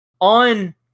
on